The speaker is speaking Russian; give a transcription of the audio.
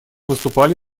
выступали